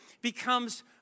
becomes